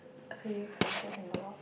three fishes in the water